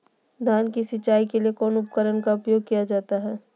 धान की सिंचाई के लिए कौन उपकरण का उपयोग किया जाता है?